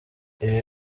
ibi